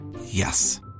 Yes